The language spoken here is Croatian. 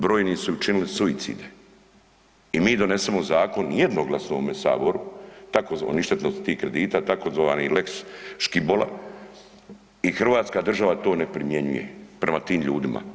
Brojni su učinili suicide i mi donesemo zakon jednoglasno u ovome saboru tzv., o ništetnosti tih kredita, tzv. lex Škibola i Hrvatska država to ne primjenjuje prema tim ljudima.